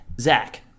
Zach